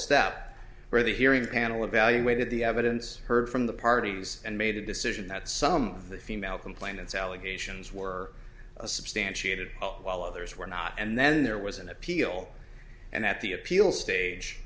step where the hearing panel evaluated the evidence heard from the parties and made a decision that some of the female complainants allegations were substantiated while others were not and then there was an appeal and at the appeal stage